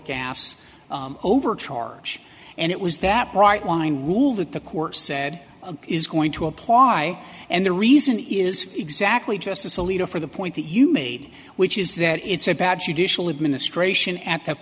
gas over charge and it was that bright line rule that the court said is going to apply and the reason is exactly justice alito for the point that you made which is that it's about judicial administration at th